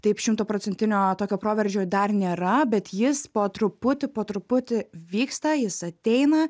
taip šimtaprocentinio tokio proveržio dar nėra bet jis po truputį po truputį vyksta jis ateina